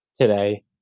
today